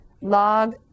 log